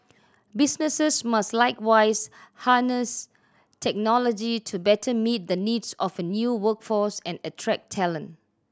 businesses must likewise harness technology to better meet the needs of a new workforce and attract talent